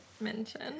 mention